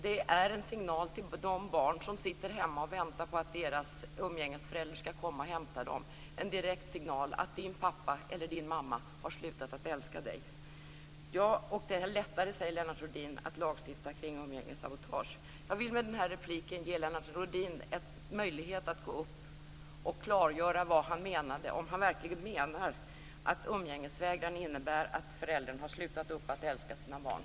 Det är en signal till de barn som sitter hemma och väntar på att deras umgängesförälder skall komma och hämta dem. Det är en direkt signal om att din pappa eller din mamma har slutat att älska dig. Det är lättare, säger Lennart Rohdin, att lagstifta kring umgängessabotage. Jag vill med denna replik ge Lennart Rohdin en möjlighet att klargöra vad han menade, om han verkligen menade att umgängesvägran innebär att föräldern har slutat upp med att älska sina barn.